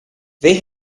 they